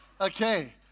Okay